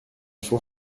faut